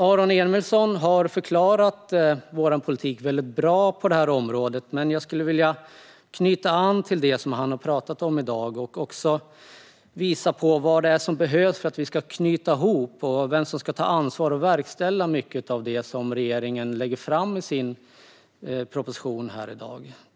Aron Emilsson har redan förklarat vår politik på området väldigt bra, och jag vill knyta an till det han talade om. Jag vill visa vad som behövs för att vi ska kunna hålla ihop allt och vem som ska ta ansvar och verkställa mycket av det som regeringen lägger fram i sin proposition i dag.